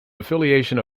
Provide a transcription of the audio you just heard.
affiliation